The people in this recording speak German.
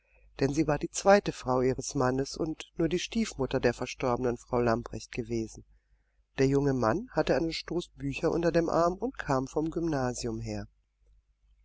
denn sie war die zweite frau ihres mannes und nur die stiefmutter der verstorbenen frau lamprecht gewesen der junge mann hatte einen stoß bücher unter dem arm und kam vom gymnasium her